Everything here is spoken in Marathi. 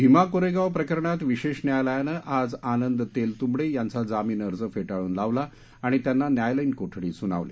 भीमा कोरेगाव प्रकरणात विशेष न्यायालयानं आज आनंद तेलतुंबडे यांचा जामीन अर्ज फेटाळून लावला आणि त्यांना न्यायालयीन कोठडी सुनावली